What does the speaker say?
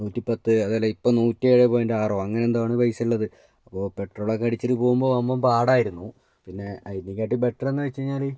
നൂറ്റി പത്ത് അതല്ലേ ഇപ്പം നൂറ്റി ഏഴ് പോയിൻ്റ് ആറ് അങ്ങനെ എന്തോ ആണ് പൈസ ഉള്ളത് അപ്പോൾ പെട്രോളൊക്കെ അടിച്ചിട്ട് പോവുമ്പോൾ വമ്പൻ പാടായിരുന്നു പിന്നേ അതിനേക്കാട്ടിയും ബെറ്റർ എന്നു വച്ചു കഴിഞ്ഞാൽ